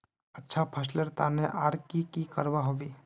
अच्छा फसलेर तने आर की की करवा होबे?